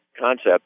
concept